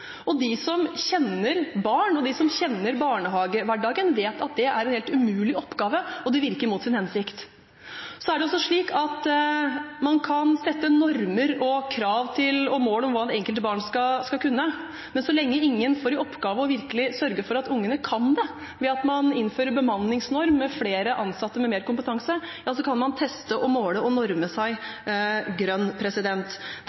kunne. De som kjenner barn, og de som kjenner barnehagehverdagen, vet at det er en helt umulig oppgave, det virker mot sin hensikt. Så er det også slik at man kan sette normer for, krav til og mål om hva det enkelte barn skal kunne, men så lenge ingen får i oppgave virkelig å sørge for at ungene kan det ved at man innfører en bemanningsnorm – med flere ansatte med mer kompetanse – så kan man teste og måle og norme